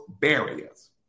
barriers